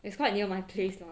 it's quite near my place lah